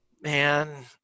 Man